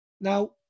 Now